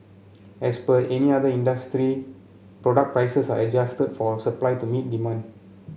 as per any other industry product prices are adjusted for supply to meet demand